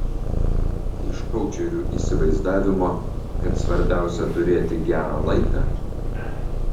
iš koučerių įsivaizdavimo kad svarbiausia turėti gerą laiką